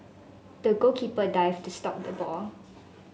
the goalkeeper dived to stop the ball